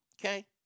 Okay